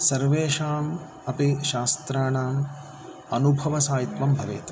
सर्वेषाम् अपि शास्त्राणाम् अनुभवसाहित्यं भवेत्